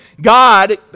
God